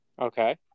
Okay